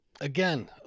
again